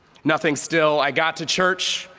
nothing still. i got to church,